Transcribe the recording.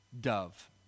dove